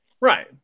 right